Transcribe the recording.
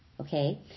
okay